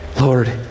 Lord